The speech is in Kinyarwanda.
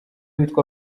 witwa